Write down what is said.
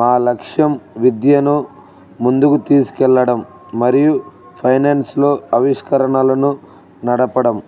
మా లక్ష్యం విద్యను ముందుకు తీసుకెళ్ళడం మరియు ఫైనాన్స్లో ఆవిష్కరణలను నడపడం